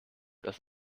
das